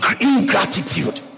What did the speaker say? Ingratitude